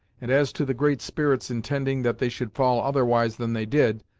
and as to the great spirit's intending that they should fall otherwise than they did,